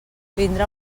vindrà